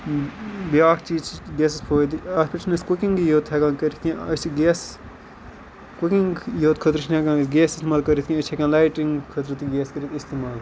بیاکھ چیٖز چھُ گیسَس فٲیدٕ اَتھ پیٚٹھ چھِ نہٕ أسۍ کُکِنٛگٕے یٲژ ہیٚکان کٔرِتھ کینٛہہ أسۍ چھِ گیس کُکِنٛگ یوت خٲطرٕ چھِنہٕ أسۍ ہیٚکان گیس اِستعمال کٔرِتھ کینٛہہ أسۍ چھِ ہیٚکان لایٹِنٛگ خٲطرٕ تہِ گیس کٔرِتھ اِستعمال